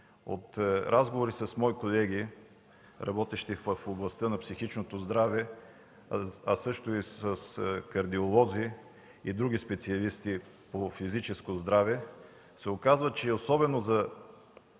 От разговори с мои колеги, работещи в областта на психичното здраве, а също и с кардиолози и други специалисти по физическо здраве, се оказва, че особено за